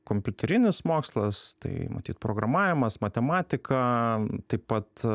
kompiuterinis mokslas tai matyt programavimas matematika taip pat